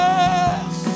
Yes